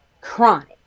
chronic